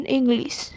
English